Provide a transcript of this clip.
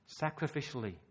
Sacrificially